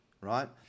right